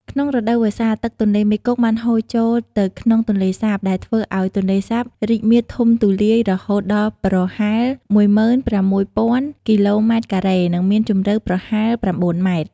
ក្នុងរដូវវស្សា ទឹកទន្លេមេគង្គបានហូរចូលទៅក្នុងទន្លេសាប ដែលធ្វើឲ្យទន្លេសាបរីកមាឌធំទូលាយរហូតដល់ប្រហែល ១៦,០០០ គីឡូម៉ែត្រការ៉េ និងមានជម្រៅប្រហែល ៩ ម៉ែត្រ។